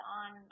on